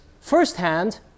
firsthand